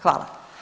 Hvala.